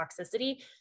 toxicity